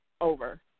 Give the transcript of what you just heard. over